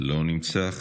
לא נמצא.